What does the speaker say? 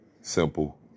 simple